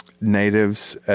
Natives